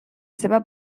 seva